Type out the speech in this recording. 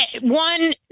one